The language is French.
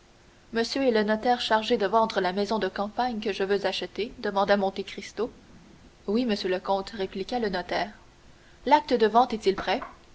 monsieur est le notaire chargé de vendre la maison de campagne que je veux acheter demanda monte cristo oui monsieur le comte répliqua le notaire l'acte de vente est-il prêt